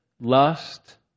lust